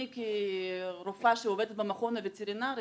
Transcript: אני כרופאה שעובדת במכון הווטרינרי